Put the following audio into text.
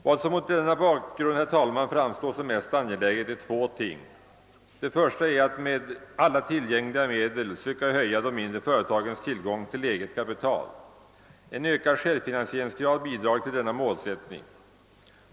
Vad som mot denna bakgrund framstår som mest angeläget är två ting. Det första är att med alla tillgängliga medel söka höja de mindre företagens tillgång till eget kapital. En ökad självfinansieringsgrad bidrar till denna målsättning.